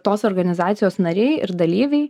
tos organizacijos nariai ir dalyviai